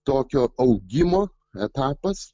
tokio augimo etapas